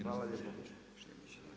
Hvala lijepo.